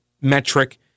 metric